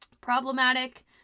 problematic